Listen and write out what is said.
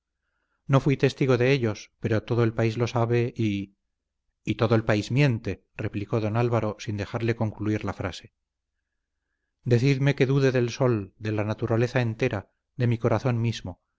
no fui yo testigo de ellos pero todo el país lo sabe y y todo el país miente replicó don álvaro sin dejarle concluir la frase decidme que dude del sol de la naturaleza entera de mi corazón mismo